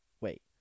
wait